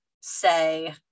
say